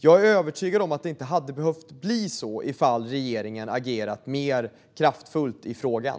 Jag är övertygad om att det inte hade behövt bli så om regeringen hade agerat mer kraftfullt i frågan.